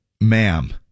ma'am